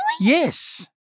Yes